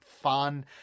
fun